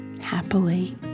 happily